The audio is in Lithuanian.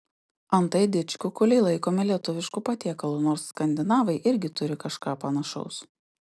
antai didžkukuliai laikomi lietuvišku patiekalu nors skandinavai irgi turi kažką panašaus